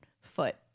foot